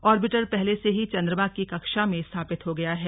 orbiter पहले से ही चंद्रमा की कक्षा में स्थापित हो गया है